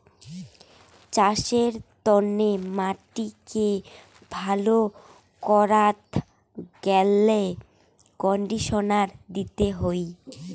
চাসের তন্নে মাটিকে ভালো করাত গ্যালে কন্ডিশনার দিতে হই